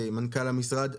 מנכ"ל המשרד,